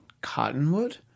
Cottonwood